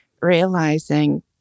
realizing